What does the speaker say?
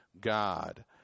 God